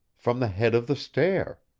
from the head of the stair!